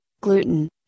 gluten